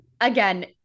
again